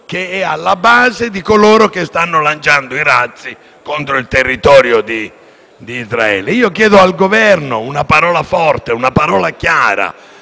che è alla base di coloro che stanno lanciando i razzi contro il territorio di Israele. Chiedo al Governo una parola forte e chiara: